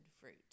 fruit